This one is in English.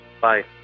bye